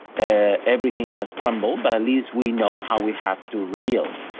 everything has crumbled, but at least we know how we have to rebuild.